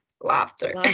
laughter